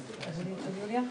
גדול שהוא מנוע חיתון,